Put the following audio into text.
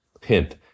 Hint